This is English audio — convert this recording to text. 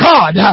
God